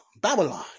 Babylon